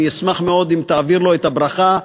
אני אשמח מאוד אם תעביר לו את הברכה,